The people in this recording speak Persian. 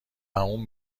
اون